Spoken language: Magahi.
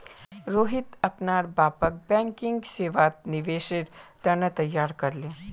रोहित अपनार बापक बैंकिंग सेवात निवेशेर त न तैयार कर ले